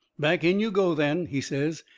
back in you go, then, he says,